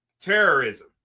Terrorism